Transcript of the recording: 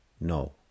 no